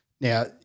now